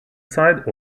side